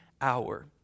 hour